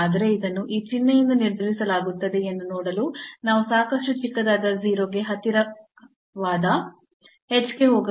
ಆದರೆ ಇದನ್ನು ಈ ಚಿಹ್ನೆಯಿಂದ ನಿರ್ಧರಿಸಲಾಗುತ್ತದೆ ಎಂದು ನೋಡಲು ನಾವು ಸಾಕಷ್ಟು ಚಿಕ್ಕದಾದ 0 ಗೆ ಹತ್ತಿರವಾದ h ಗೆ ಹೋಗಬೇಕು